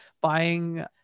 buying